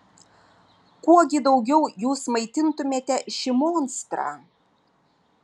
kuo gi daugiau jūs maitintumėte šį monstrą